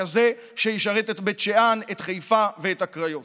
כזה שישרת את בית שאן, את חיפה ואת הקריות.